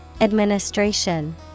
Administration